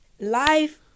life